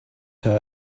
her